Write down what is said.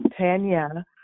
Tanya